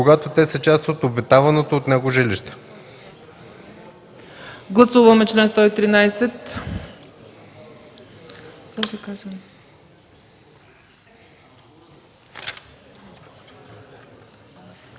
когато те са част от обитаваното от него жилище.”